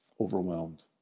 overwhelmed